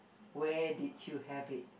where did you have it